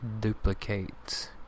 duplicates